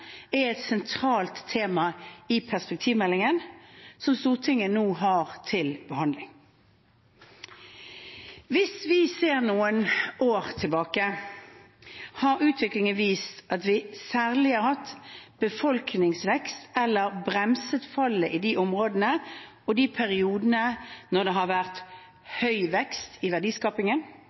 er et sentralt tema i perspektivmeldingen, som Stortinget nå har til behandling. Hvis vi ser noen år tilbake, har utviklingen vist at vi særlig har hatt befolkningsvekst – eller bremset fallet – i de områdene og de periodene det har vært høy vekst i verdiskapingen